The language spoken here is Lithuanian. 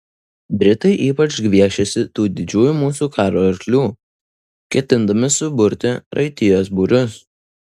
britai ypač gviešiasi tų didžiųjų mūsų karo arklių ketindami suburti raitijos būrius